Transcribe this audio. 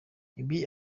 ibi